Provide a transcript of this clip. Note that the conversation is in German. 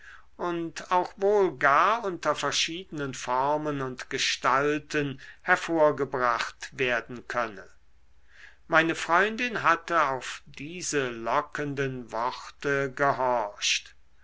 und auch wohl gar unter verschiedenen formen und gestalten hervorgebracht werden könne meine freundin hatte auf diese lockenden worte gehorcht